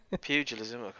Pugilism